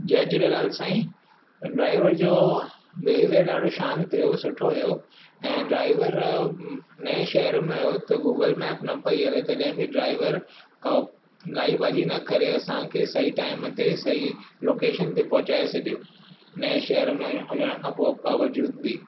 जय Jhulelal Sain driver जो behaviour ॾाढो शांति हुओ सुठो हुओ ऐं ड्राइवर नएं शहरि में हुओ त गूगल मेप न पेई हले तॾहिं बि ड्राइवर घाई बाज़ी न करे असांखे सही टाइम ते सही लोकेशन ते पहुचाए छॾियो नएं शहरि में हुज हुजण खां पोइ बावजूद बि